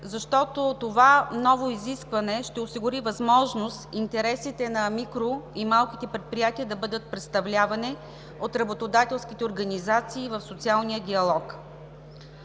защото новото изискване ще осигури възможност интересите на микро и малките предприятия да бъдат представлявани от работодателските организации в социалния диалог.